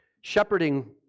Shepherding